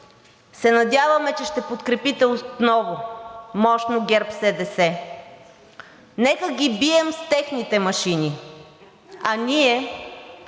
се надяваме, че ще подкрепите отново мощно ГЕРБ-СДС. Нека ги бием с техните машини, а ние